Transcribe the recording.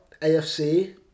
AFC